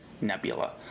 Nebula